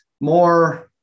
more